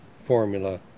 formula